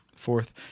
Fourth